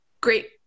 great